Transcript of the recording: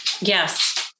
Yes